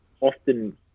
often